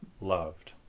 loved